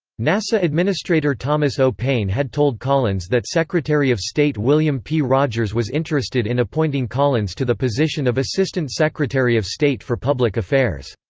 nasa administrator thomas o. paine had told collins that secretary of state william p. rogers was interested in appointing collins to the position of assistant secretary of state for public affairs.